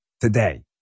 Today